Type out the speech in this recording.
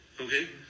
Okay